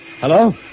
Hello